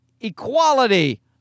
equality